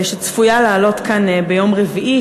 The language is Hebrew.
שצפויה לעלות כאן ביום רביעי,